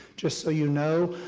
just so you know,